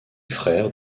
frère